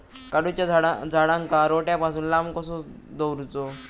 काजूच्या झाडांका रोट्या पासून लांब कसो दवरूचो?